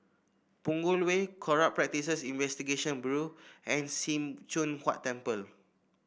Punggol Way Corrupt Practices Investigation Bureau and Sim Choon Huat Temple